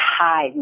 hide